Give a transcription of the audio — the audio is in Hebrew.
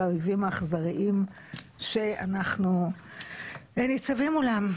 האויבים האכזריים שאנחנו ניצבים מולם.